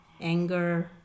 anger